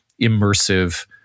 immersive